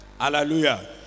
Hallelujah